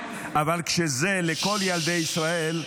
אבל כשזה לכל ילדי ישראל,